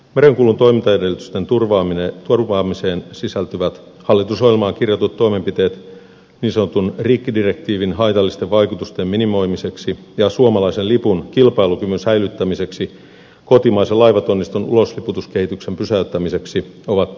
merenkulun toimintaedellytysten turvaamiseen sisältyvät hallitusohjelmaan kirjatut toimenpiteet niin sanotun rikkidirektiivin haitallisten vaikutusten minimoimiseksi ja suomalaisen lipun kilpailukyvyn säilyttämiseksi kotimaisen laivatonniston ulosliputuskehityksen pysäyttämiseksi ovat tärkeitä